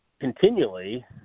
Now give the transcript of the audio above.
continually